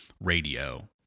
radio